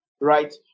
Right